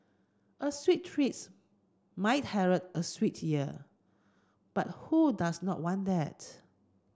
a sweet treats might herald a sweet year but who does not want that